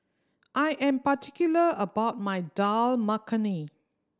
I am particular about my Dal Makhani